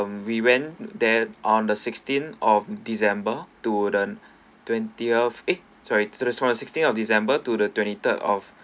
we went there on the sixteen of december to the twentieth eh sorry that was sixteen of december to the twenty third of